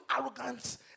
arrogance